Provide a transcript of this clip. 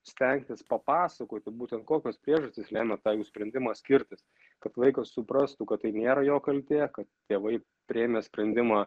stengtis papasakoti būtent kokios priežastys lemia tą jų sprendimą skirtis kad vaikas suprastų kad tai nėra jo kaltė kad tėvai priėmė sprendimą